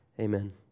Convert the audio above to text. Amen